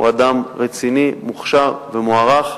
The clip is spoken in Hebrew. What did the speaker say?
הוא אדם רציני, מוכשר ומוערך,